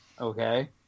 Okay